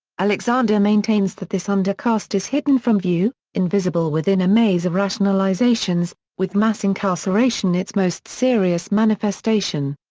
alexander maintains that this undercaste is hidden from view, invisible within a maze of rationalizations, with mass incarceration its most serious manifestation.